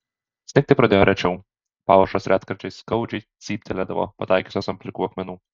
snigti pradėjo rečiau pavažos retkarčiais skaudžiai cyptelėdavo pataikiusios ant plikų akmenų